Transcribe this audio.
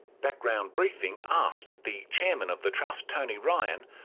background briefing asked the chairman of the trust tony ryan,